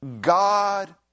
God